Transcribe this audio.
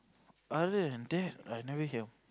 other than I never hear